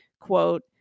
quote